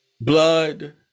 blood